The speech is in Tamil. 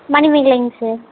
மணிமேகலைங்க சார்